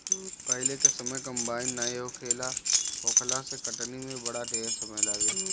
पहिले के समय कंबाइन नाइ होखला से कटनी में बड़ा ढेर समय लागे